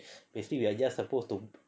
basically we are just supposed to